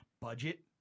budget